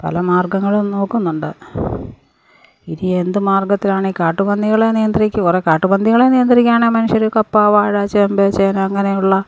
പല മാർഗങ്ങളും നോക്കുന്നുണ്ട് ഇനിയെന്ത് മാർഗത്തിലാണ് ഈ കാട്ടുപന്നികളെ നിയന്ത്രിക്കും കുറെ കാട്ടുപന്നികളെ നിയന്ത്രിക്കുവാണേൽ മനുഷ്യര് കപ്പ വാഴ ചേന ചേമ്പ് അങ്ങനെയുള്ള